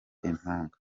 impanga